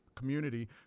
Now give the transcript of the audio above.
community